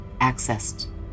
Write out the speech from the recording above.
accessed